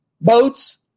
boats